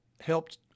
helped